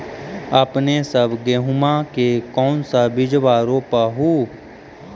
अपने सब गेहुमा के कौन सा बिजबा रोप हू?